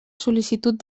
sol·licitud